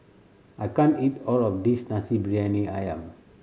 I can't eat all of this Nasi Briyani Ayam